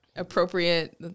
appropriate